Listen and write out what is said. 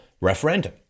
referendum